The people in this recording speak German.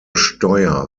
steuer